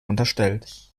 unterstellt